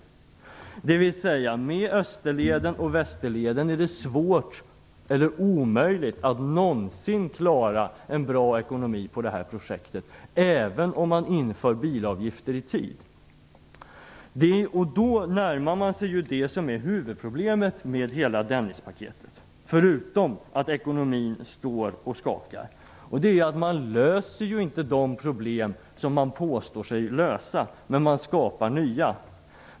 Är det inte så att det med Österleden och Västerleden är svårt eller omöjligt att någonsin få en bra ekonomi på det här projektet, även om bilavgifter införs i tid? Då närmar vi oss det som är huvudproblemet med hela Dennispaketet, förutom att ekonomin står och skakar, och det är att man inte löser de problem som man påstår sig lösa men att man skapar nya.